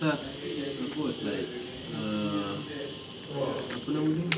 pasal aku was like err apa nama dia